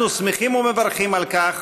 אנחנו שמחים ומברכים על כך,